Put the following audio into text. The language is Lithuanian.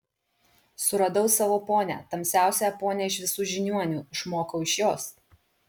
suradau savo ponią tamsiausiąją ponią iš visų žiniuonių išmokau iš jos